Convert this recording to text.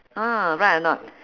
ah right or not